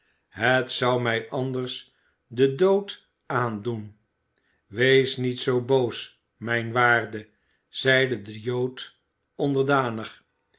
het zou mij anders den dood aandoen wees niet zoo boos mijn waarde zeide de jood onderdanig